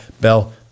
Bell